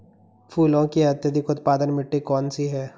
फूलों की अत्यधिक उत्पादन मिट्टी कौन सी है?